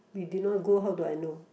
we did not go how do I know